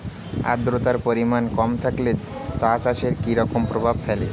আদ্রতার পরিমাণ কম থাকলে চা চাষে কি রকম প্রভাব ফেলে?